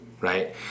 right